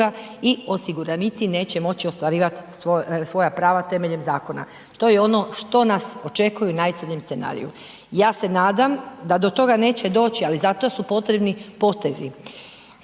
i osiguranici neće moći ostvarivat svoja prava temeljem zakona, to je ono što nas očekuje u najcrnjem scenariju. Ja se nadam da do toga neće doći, ali za to su potrebni potezi,